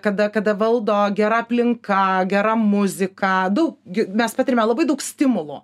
kada kada valdo gera aplinka gera muzika daug mes patiriame labai daug stimulų